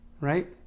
right